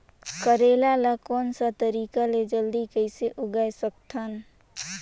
करेला ला कोन सा तरीका ले जल्दी कइसे उगाय सकथन?